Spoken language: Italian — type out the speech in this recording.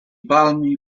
palmi